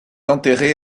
enterré